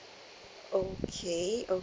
okay